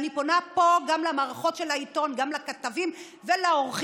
אני פונה פה גם למערכות של העיתונים וגם לכתבים ולעורכים,